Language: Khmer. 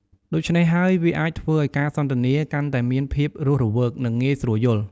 ដូច្នេះហើយវាអាចធ្វើឱ្យការសន្ទនាកាន់តែមានភាពរស់រវើក និងងាយស្រួលយល់។